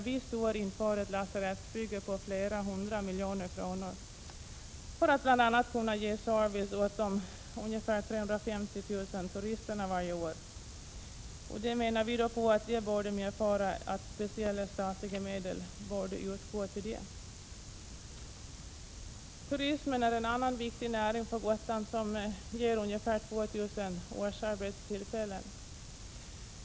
Vi står inför ett lasarettsbygge på flera hundra miljoner kronor för att bl.a. kunna ge service åt de ca 350 000 turisterna varje år. Det borde medföra att speciella statliga medel utgår. Turismen är en annan viktig näring för Gotland, och den ger ca 2 000 årsarbetstillfällen.